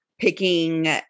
picking